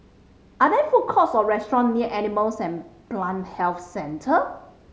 are there food courts or restaurants near Animal and Plant Health Centre